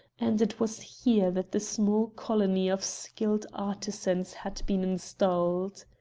and it was here that the small colony of skilled artisans had been installed.